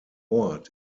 ort